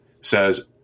says